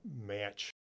match